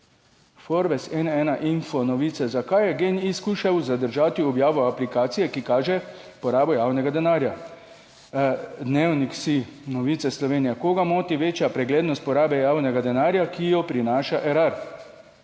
Forbes N1 info novice: Zakaj je GEN-I skušal zadržati objavo aplikacije, ki kaže porabo javnega denarja? Dnevnik SI, novice Slovenija: Koga moti večja preglednost porabe javnega denarja, ki jo prinaša Erar?